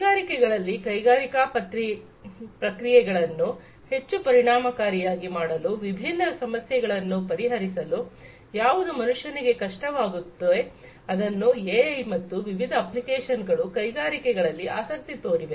ಕೈಗಾರಿಕೆಗಳಲ್ಲಿ ಕೈಗಾರಿಕಾ ಪ್ರಕ್ರಿಯೆಗಳನ್ನು ಹೆಚ್ಚು ಪರಿಣಾಮಕಾರಿಯಾಗಿ ಮಾಡಲು ವಿಭಿನ್ನ ಸಮಸ್ಯೆಗಳನ್ನು ಪರಿಹರಿಸಲು ಯಾವುದು ಮನುಷ್ಯನಿಗೆ ಕಷ್ಟವಾಗಿತ್ತು ಅದನ್ನು ಎಐ ಮತ್ತು ವಿವಿಧ ಅಪ್ಲಿಕೇಶನ್ಗಳು ಕೈಗಾರಿಕೆಗಳಲ್ಲಿ ಆಸಕ್ತಿ ತೋರಿವೆ